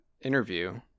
interview